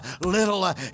little